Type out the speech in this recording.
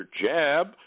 jab